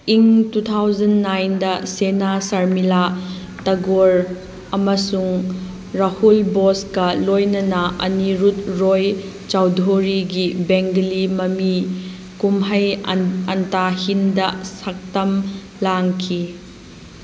ꯏꯪ two thousand ꯅꯥꯏꯟꯗ ꯁꯦꯅꯥ ꯁꯔꯃꯤꯂꯥ ꯇꯒꯣꯔ ꯑꯃꯁꯨꯡ ꯔꯥꯍꯨꯜ ꯕꯣꯁꯀ ꯂꯣꯏꯅꯅ ꯑꯅꯤꯔꯨꯠ ꯔꯣꯏ ꯆꯧꯙꯨꯔꯤꯒꯤ ꯕꯦꯡꯒꯥꯂꯤ ꯃꯃꯤ ꯀꯨꯝꯍꯩ ꯑꯟꯇꯥꯍꯤꯟꯗ ꯁꯛꯇꯝ ꯂꯥꯡꯈꯤ